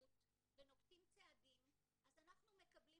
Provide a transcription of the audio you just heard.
אחריות ונוקטים צעדים אז אנחנו מקבלים